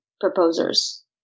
proposers